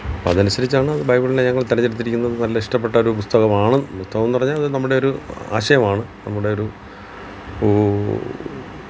അപ്പം അതനുസരിച്ചാണ് ബൈബിളിനെ ഞങ്ങൾ തിരഞ്ഞെടുത്തിരിക്കുന്നത് നല്ല ഇഷ്ടപ്പെട്ടൊരു പുസ്തകമാണ് പുസ്തകമെന്ന് പറഞ്ഞാൽ അത് നമ്മടെയൊരു ആശയമാണ് നമ്മുടെ ഒരു